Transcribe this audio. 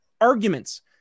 Arguments